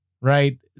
right